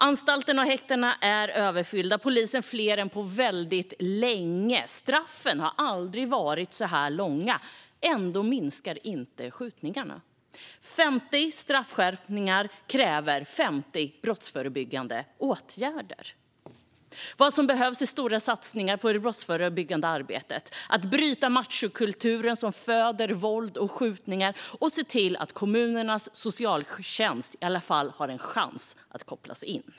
Anstalterna och häktena är överfyllda, det är fler poliser än på väldigt länge och straffen har aldrig varit så här långa, men ändå minskar inte skjutningarna. För 50 straffskärpningar krävs 50 brottsförebyggande åtgärder. Vad som behövs är stora satsningar på det brottsförebyggande arbetet, att bryta machokulturen som föder våld och skjutningar och se till att kommunernas socialtjänst i alla fall har en chans att kopplas in.